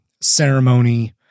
ceremony